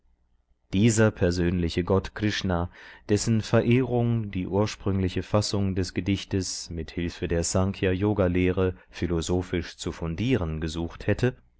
dieser persönliche gott krishna dessen verehrung die ursprüngliche fassung des gedichtes mit hilfe der snkhya yoga lehre philosophisch zu fundieren gesucht hätte